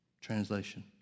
translation